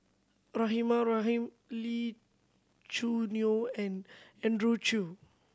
Rahimah Rahim Lee Choo Neo and Andrew Chew